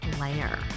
layer